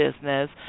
business